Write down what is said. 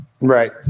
Right